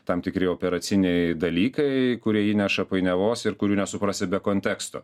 tam tikri operaciniai dalykai kurie įneša painiavos ir kurių nesuprasi be konteksto